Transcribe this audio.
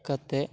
ᱠᱟᱛᱮᱫ